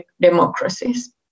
democracies